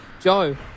Joe